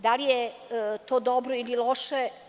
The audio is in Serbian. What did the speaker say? Da li je to dobro ili loše?